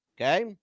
okay